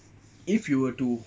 if you were to